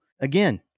Again